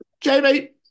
Jamie